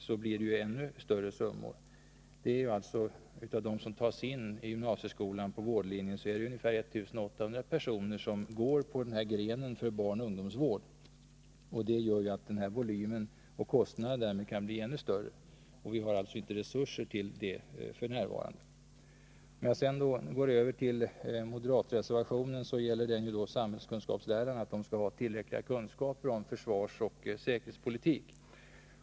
Av dem som tasini gymnasieskolan på vårdlinjen är det ungefär 1 800 som går på den här grenen för barnoch ungdomsvård. Det gör att volymen och kostnaden kan bli ännu större. Och vi har alltså inte resurser till detta f. n. Den moderata reservationen gäller att samhällskunskapslärarna skall ha tillräckliga kunskaper i försvarsoch säkerhetspolitik.